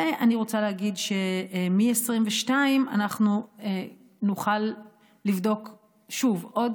ואני רוצה להגיד שמשנת 2022 אנחנו נוכל לבדוק שוב עוד